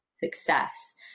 success